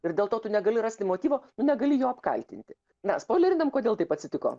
ir dėl to tu negali rasti motyvo tu negali jo apkaltinti mes žinom kodėl taip atsitiko